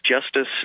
Justice